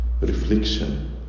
reflection